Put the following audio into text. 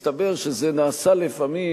מסתבר שזה נעשה לפעמים,